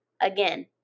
Again